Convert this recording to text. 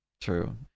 true